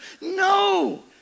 No